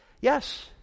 Yes